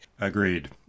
Agreed